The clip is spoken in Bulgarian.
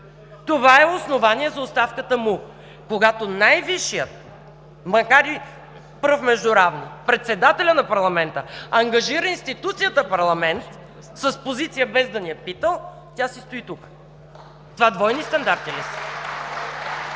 това е основание за оставката му. Когато най-висшият, макар и пръв между равни – председателят на парламента, ангажира институцията парламент с позиция, без да ни е питал, тя си стои тук! (Ръкопляскания от